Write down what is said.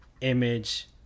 image